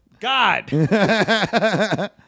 God